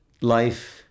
life